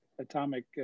atomic